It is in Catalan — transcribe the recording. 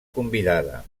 convidada